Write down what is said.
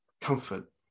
comfort